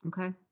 Okay